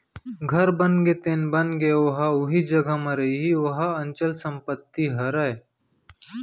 घर बनगे तेन बनगे ओहा उही जघा म रइही ओहा अंचल संपत्ति हरय